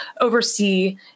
oversee